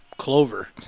Clover